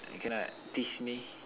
they cannot tease me